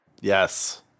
Yes